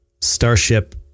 Starship